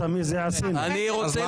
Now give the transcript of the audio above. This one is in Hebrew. לא הסברת מי זה עשינו.